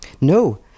No